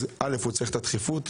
אז הוא צריך את הדחיפות,